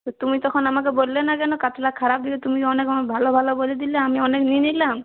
তা তুমি তখন আমাকে বললে না কেন কাতলা খারাপ তুমি অনেক ভালো ভালো বলে দিলে আমি অনেক নিয়ে নিলাম